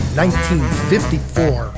1954